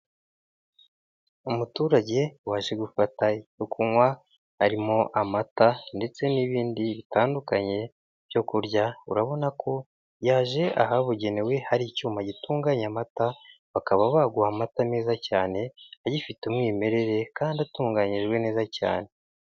Umuturage waje gufata icyo kunywa, harimo amata ndetse n'ibindi bitandukanye byo kurya, urabona ko yaje ahabugenewe, hari icyuma gitunganya amata, bakaba baguha amata meza cyane, agifite umwimerere kandi atunganyijwe neza cyane.